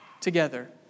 together